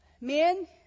Men